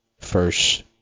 first